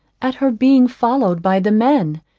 at her being followed by the men,